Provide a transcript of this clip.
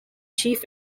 chief